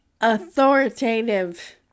authoritative